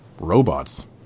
robots